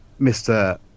Mr